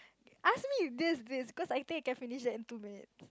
ask me this this cause I think I can finish that in two minutes